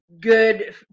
good